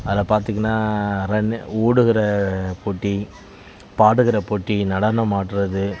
அதில் பார்த்தீங்கன்னா ரன் ஓடுகிற போட்டி பாடுகிற போட்டி நடனம் ஆடுறது